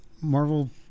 Marvel